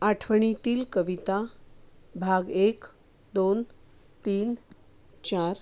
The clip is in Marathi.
आठवणीतील कविता भाग एक दोन तीन चार